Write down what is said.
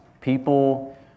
people